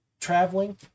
traveling